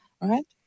right